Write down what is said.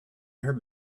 her